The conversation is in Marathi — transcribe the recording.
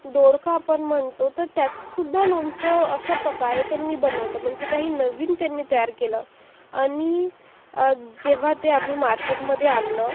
दोडका आपण म्हणतो तर त्याचसुद्धा लोणचं अशा प्रकारे त्यांनी बनोलं म्हणजे काही नवीन त्यांनी तयार केलं आणि जेव्हा ते आम्ही मार्केटमध्ये आणलं